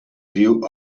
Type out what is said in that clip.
diu